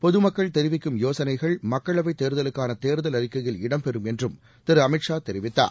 பொதுமக்கள் தெரிவிக்கும் யோசனைகள் மக்களவைத் தேர்தலுக்கான தேர்தல் அறிக்கையில் இடம்பெறும் என்றும் திரு அமித் ஷா தெரிவித்தார்